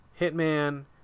Hitman